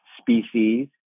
species